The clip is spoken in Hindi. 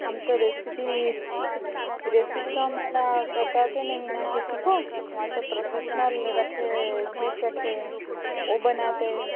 हम तो रेसिपी रेसिपी तो हम है ना बताते नहीं ना किसी को वो तो प्रोफेसनल रखे शिप रखे हैं वो बनाते हैं